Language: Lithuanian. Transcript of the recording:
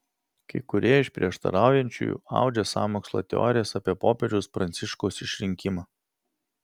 kai kurie iš prieštaraujančiųjų audžia sąmokslo teorijas apie popiežiaus pranciškaus išrinkimą